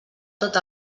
tot